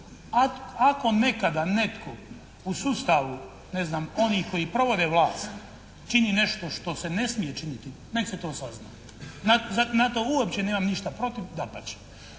Ako nekada netko u sustavu ne znam onih koji provode vlast čini nešto što se ne smije činiti nek' se to sazna. Na to uopće nemam protiv, dapače.